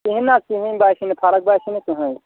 کِہیٖنۍ حظ کِہیٖنۍ باسے نہٕ فَرَق باسے نہٕ کٕہٕنۍ